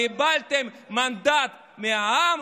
קיבלתם מנדט מהעם,